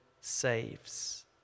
saves